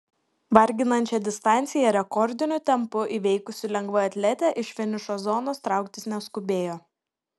varginančią distanciją rekordiniu tempu įveikusi lengvaatletė iš finišo zonos trauktis neskubėjo